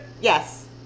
yes